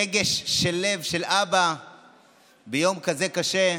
רגש של לב של אבא ביום כזה קשה.